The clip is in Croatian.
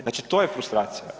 Znači, to je frustracija.